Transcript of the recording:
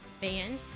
band